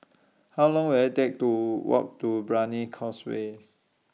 How Long Will IT Take to Walk to Brani Causeway